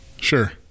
sure